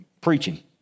preaching